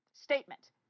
Statement